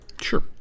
Sure